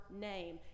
name